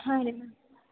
ಹಾಂ ರೀ ಮ್ಯಾಮ್